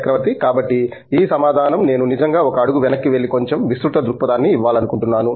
చక్రవర్తి కాబట్టి ఈ సమాధానం నేను నిజంగా ఒక అడుగు వెనక్కి వెళ్ళి కొంచెం విస్తృత దృక్పథాన్ని ఇవ్వాలనుకుంటున్నాను